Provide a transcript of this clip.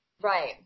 right